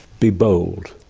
be bold,